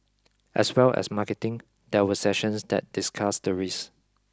as well as marketing there were sessions that discussed the risk